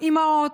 אימהות,